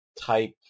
type